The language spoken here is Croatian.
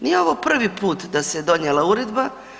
Nije ovo prvi put da se donijela uredba.